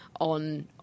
on